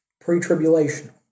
pre-tribulation